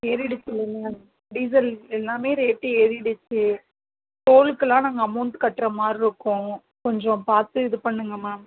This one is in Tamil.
ஏறிடுச்சு இல்லை மேம் டீசல் எல்லாமே ரேட்டு ஏறிடுச்சே டோலுக்கெல்லாம் நாங்கள் அமௌண்ட் கட்டுற மாதிரி இருக்கும் கொஞ்சம் பார்த்து இது பண்ணுங்கள் மேம்